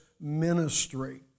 ministry